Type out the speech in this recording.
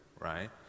Right